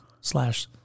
slash